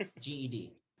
GED